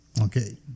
Okay